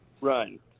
Right